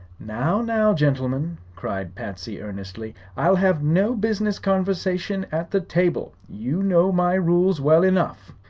now, now, gentlemen! cried patsy, earnestly. i'll have no business conversation at the table. you know my rules well enough.